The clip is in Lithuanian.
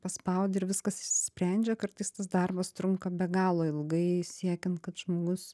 paspaudi ir viskas išsisprendžia kartais tas darbas trunka be galo ilgai siekiant kad žmogus